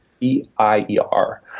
e-i-e-r